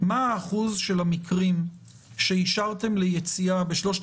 אחוז המקרים שאישרתם ליציאה בשלושת